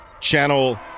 Channel